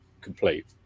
complete